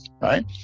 right